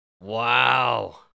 Wow